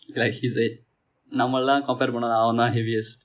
like he said நம்ம எல்லாம்:namma ellam compare பன்னதில் அவன் தான்:pannathil avan thaan heaviest